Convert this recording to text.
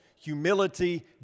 humility